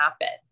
happen